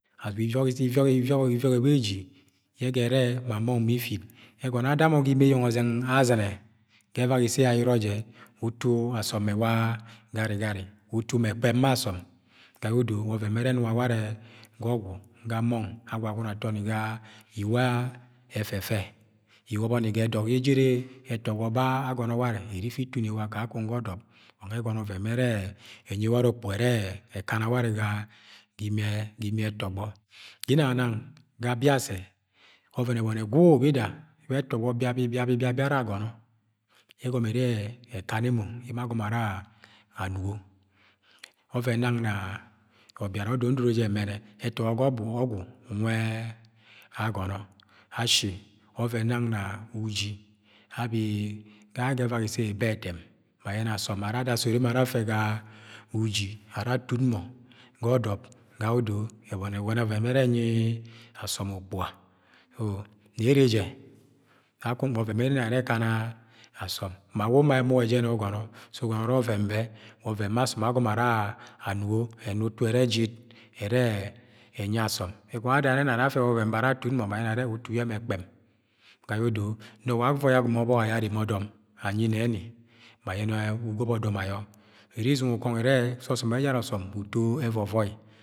ivioke, ivioke, ivioke beji ẹgọno ye ada mo ga eyeng ozeng. Azɨ̃nẹ ga evat ise ayọrọ jẹ utu asom mẹ ewa garigari utu me ekpoẹm ma ọsomo ga ye odo wa ọven yẹ ere enuga ware. ọgwu,. mona agwagune atọmi ga iwa afefe iwobo ni ga edọk ye ejere, ẹtọ gbọ ba agọnọ warẹ iri ifi itun iwa ga edob wa nwẹ egọnọ ọven bẹ ere enyi warẹ ukpuga, ere ekana warẹ ga imi, ẹtọgbo. ginana anag ga Biase, ọvẹn ẹbọni egwu yiba yẹ etọgbo biabi, biabi, biabi ara ageno yẹll egomo ere ekana emo, ye emo agomo ara anugo ọvẹn nang na ọbiara odo, ndoro je nbenẹ etọgbo ga ogwu ja ogwu nwe, agọnọ ashi oven nang na asọm be ada sood emo era ada sood afe ga uji ara atun mọ ga ọdọd ga odo ebọni egọno oven yẹ ere enyi asọm ukpuga om! Ga ye ere je kakong ma ọven ye ere ene ekana asom ma we uma ẹmọkẹ jẹn e ugọnọ se ugọnọ urẹ oven anugo utu ere eji ẹrẹ enyi asọm egọnọ yẹ adoro are no ara afe ọvevẹn bẹ ara atun mọ ma agenẹ arẹ utu ye eme ẹkpem ga yẹ odo, nọ wẹ ẹuọi yẹ agomo ọbọk ayo arreme ọdọm anyi nẹni ma ayenẹ ogop ọdom ayo iri isɨ̃nge ukọngọ irẹ sẹ ọsọm ejara osom uto evọ vọi.